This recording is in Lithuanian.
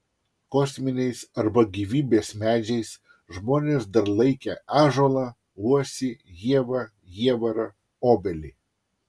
kosminiais arba gyvybės medžiais žmonės dar laikę ąžuolą uosį ievą jievarą obelį